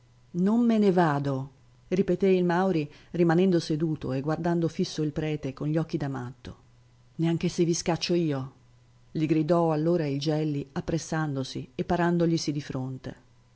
non me ne vado ripeté il mauri rimanendo seduto e guardando fisso il prete con gli occhi da matto neanche se vi scaccio io gli gridò allora il gelli appressandosi e parandoglisi di fronte